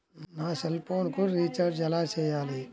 నా సెల్ఫోన్కు రీచార్జ్ ఎలా చేయాలి?